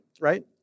right